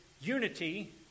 unity